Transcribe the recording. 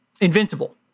Invincible